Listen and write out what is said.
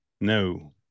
No